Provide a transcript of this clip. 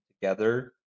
together